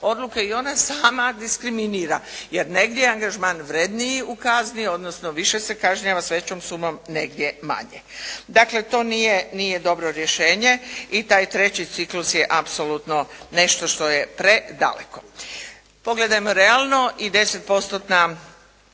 odluke i ona sama diskriminira jer negdje je angažman vredniji u kazni odnosno više se kažnjava s većom sumom, negdje manje. Dakle to nije dobro rješenje i taj treći ciklus je apsolutno nešto što je predaleko. Pogledajmo realno i 10%-tni